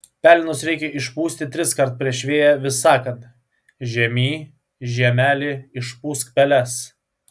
pelenus reikia išpūsti triskart prieš vėją vis sakant žiemy žiemeli išpūsk peles